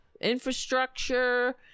Infrastructure